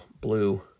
blue